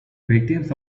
victims